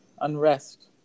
unrest